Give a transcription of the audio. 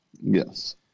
Yes